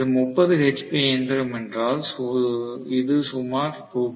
இது 30 ஹெச்பி இயந்திரம் என்றால் இது சுமார் ரூ